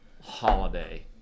holiday